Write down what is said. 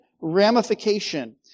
ramification